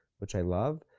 which i love.